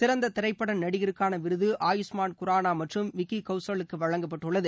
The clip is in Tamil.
சிறந்த திரைப்பட நடிகருக்கான விருது ஆயுஷ்மாள் குரானா மற்றும் விக்கி கவுசலுக்கு வழங்கப்பட்டுள்ளது